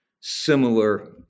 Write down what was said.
similar